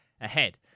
ahead